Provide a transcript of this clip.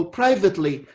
privately